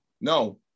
No